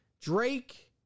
Drake